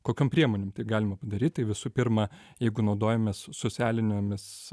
kokiom priemonėm tai galima padaryt tai visų pirma jeigu naudojamės socialinėmis